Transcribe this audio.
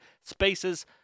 Spaces